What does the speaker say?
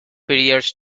periods